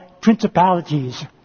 principalities